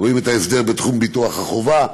רואים את ההסדר בתחום ביטוח החובה,